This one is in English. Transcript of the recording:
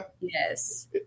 Yes